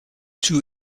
too